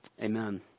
Amen